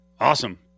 Awesome